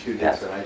yes